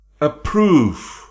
approve